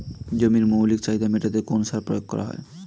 জমির মৌলিক চাহিদা মেটাতে কোন সার প্রয়োগ করা হয়?